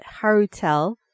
Harutel